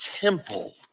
temple